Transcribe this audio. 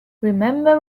remember